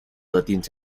thirteenth